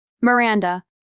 miranda